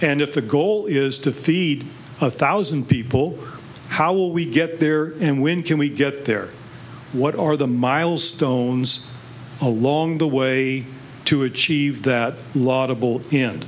and if the goal is to feed a thousand people how will we get there and when can we get there what are the milestones along the way to achieve that laudable in